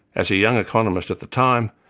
as a young economist at the time,